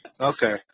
Okay